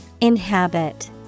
Inhabit